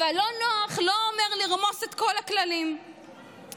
אבל לא נוח לא אומר לרמוס את כל הכללים ולא